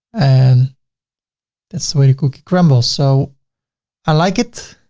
and that's the way the cookie crumbles. so i like it.